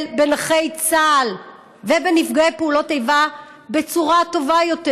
בנכי צה"ל ובנפגעי פעולות איבה בצורה טובה יותר,